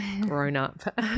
grown-up